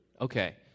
Okay